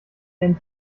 ein